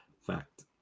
Fact